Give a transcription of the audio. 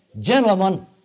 Gentlemen